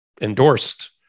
endorsed